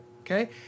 okay